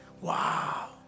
wow